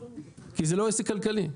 כי זה לא עסק כלכלי.